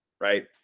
right